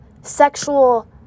sexual